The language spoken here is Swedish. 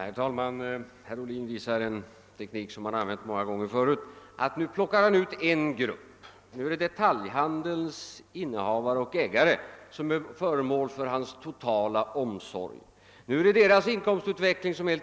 Herr talman! Herr Ohlin använder en teknik som han har använt många gånger förut, att plocka ut en grupp — nu är det detaljhandelns innehavare och ägare som är föremål för hans totala omsorg. Nu anser han